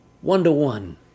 One-to-one